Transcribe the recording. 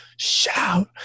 shout